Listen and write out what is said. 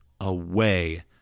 away